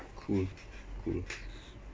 cool cool